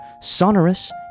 sonorous